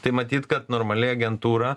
tai matyt kad normali agentūrą